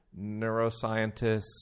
neuroscientists